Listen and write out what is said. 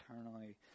eternally